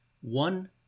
one